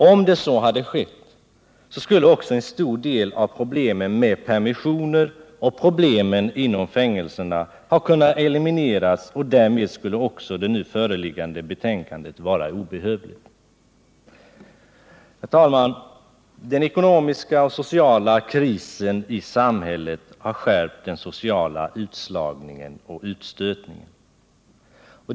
Om så hade skett, skulle också en stor del av problemen med permissioner och problemen inom fängelserna ha kunnat elimineras, Herr talman! Den ekonomiska och sociala krisen i samhället har skärpt den sociala utslagningen och utstötningen.